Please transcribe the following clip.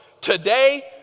today